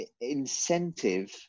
incentive